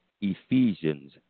Ephesians